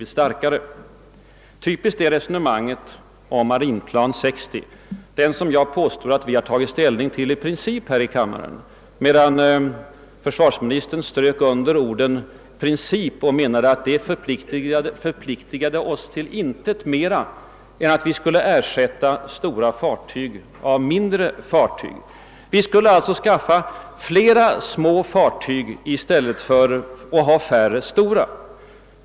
Typiskt är resonemanget om Marinplan 60, den som jag påstår att vi tagit ställning till i princip här i riksdagen, medan försvarsministern strök under ordet »princip« och menade att det förpliktade oss till intet mer än att vi skulle ersätta stora fartyg med mindre fartyg. Vi skulle alltså skaffa fler små fartyg och ha färre stora.